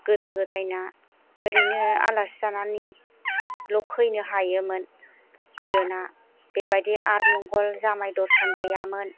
गोदो गोदायना ओरैनो आलासि जानानै ल' फैनो हायोमोन गोदोना बे बायदि आथमंगल जामाय दरसन गैयामोन